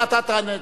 אתה תענה.